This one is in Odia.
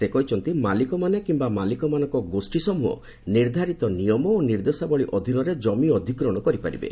ସେ କହିଛନ୍ତି ମାଲିକମାନେ କିମ୍ବା ମାଲିକମାନଙ୍କ ଗୋଷୀ ସମ୍ବହ ନିର୍ଦ୍ଧାରିତ ନିୟମ ଓ ନିର୍ଦ୍ଦେଶାବଳୀ ଅଧୀନରେ ଜମି ଅଧିଗ୍ରହଣ କରିପାରିବେ